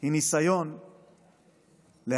היא ניסיון להדיר,